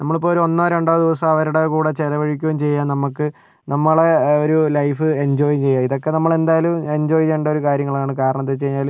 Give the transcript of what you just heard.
നമ്മള് ഇപ്പോൾ ഒരു ഒന്നോ രണ്ടോ ദിവസം അവരുടെ കൂടെ ചെലവഴിക്കുകയും ചെയ്യാം നമുക്ക് നമ്മളുടെ ഒരു ലൈഫ് എൻജോയ് ചെയ്യുക ഇതൊക്കെ നമ്മള് എന്തായാലും എൻജോയ് ചെയ്യണ്ട ഒരു കാര്യങ്ങളാണ് കാരണം എന്താന്ന് വച്ച് കഴിഞ്ഞാല്